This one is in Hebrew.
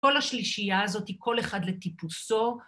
‫כל השלישייה הזאת, כל אחד לטיפוסו.